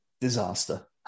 disaster